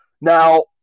Now